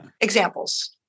examples